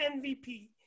MVP